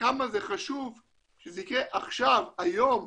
כמה זה חשוב שזה יקרה עכשיו, היום,